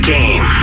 Game